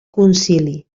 concili